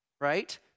right